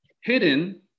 hidden